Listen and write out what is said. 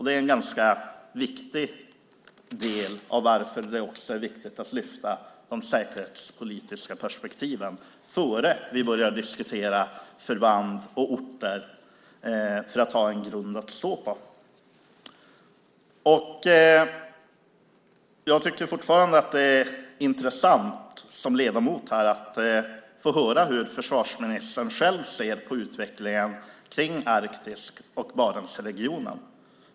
Det är en ganska viktig del varför det också är viktigt att lyfta fram de säkerhetspolitiska perspektiven innan vi börjar diskutera förband och orter för att ha en grund att stå på. Jag tycker fortfarande att det är intressant som ledamot här att få höra hur försvarsministern själv ser på utvecklingen kring Arktis och Barentsregionen.